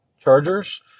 chargers